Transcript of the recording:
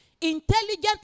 intelligent